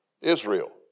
Israel